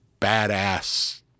badass